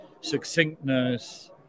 succinctness